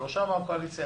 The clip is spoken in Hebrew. שלושה מן הקואליציה,